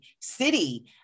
city